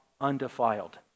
undefiled